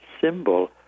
symbol